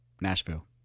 Nashville